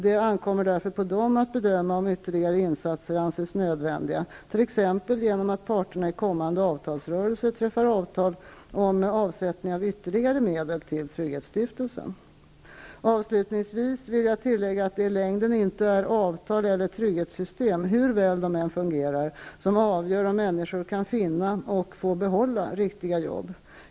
Det ankommer därför på dem att bedöma om ytter ligare insatser anses nödvändiga, t.ex. genom att parterna i kommande av talsrörelse träffar avtal om avsättning av ytterligare medel till trygghetsstif telsen. Avslutningsvis vill jag tillägga att det i längden inte är avtal eller trygghets system -- hur väl de än fungerar -- som avgör om människor kan finna, och få behålla, riktiga jobb.